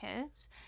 kids